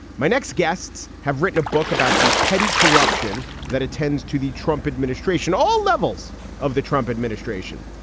my next guests have written a book about the petty corruption that it tends to the trump administration, all levels of the trump administration.